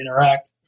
interact